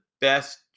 best